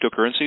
cryptocurrencies